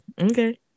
Okay